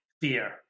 fear